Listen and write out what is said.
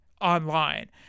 online